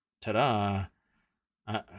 ta-da